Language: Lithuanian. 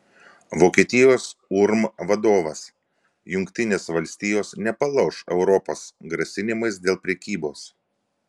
vokietijos urm vadovas jungtinės valstijos nepalauš europos grasinimais dėl prekybos